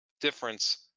difference